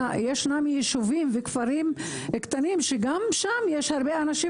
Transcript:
ישנם יישובים וכפרים קטנים שגם שם יש הרבה אנשים